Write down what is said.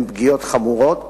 הן פגיעות חמורות,